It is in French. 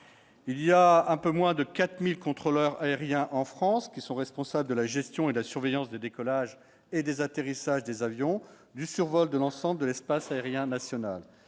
il y a un peu moins de 4000 contrôleurs aériens en France qui sont responsables de la gestion et la surveillance des décollages et des atterrissages des avions du survol de l'ensemble de l'espace aérien national,